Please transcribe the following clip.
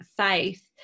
faith